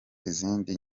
izindi